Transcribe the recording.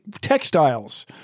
textiles